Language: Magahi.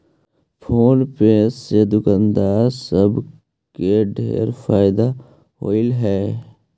फोन पे से दुकानदार सब के ढेर फएदा होलई हे